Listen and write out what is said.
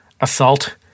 assault